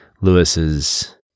Lewis's